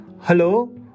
Hello